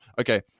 Okay